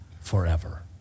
forever